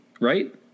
Right